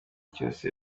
cyose